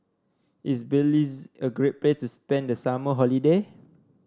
is Belize a great place to spend the summer holiday